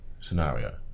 scenario